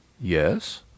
Yes